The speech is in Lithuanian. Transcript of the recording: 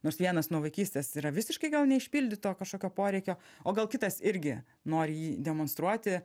nors vienas nuo vaikystės yra visiškai gal neišpildyto kažkokio poreikio o gal kitas irgi nori jį demonstruoti